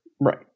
Right